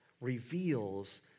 reveals